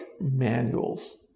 manuals